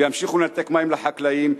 וימשיכו לנתק מים לחקלאים,